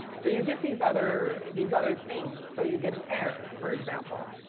so you get these other these other things. so you get an air for example.